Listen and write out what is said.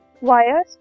wires